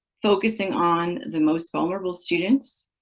focusing on the most vulnerable students,